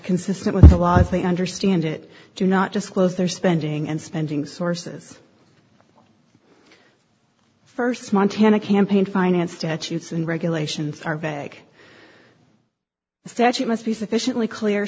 consistent with the law if they understand it do not disclose their spending and spending sources first montana campaign finance statutes and regulations are bag the statute must be sufficiently clear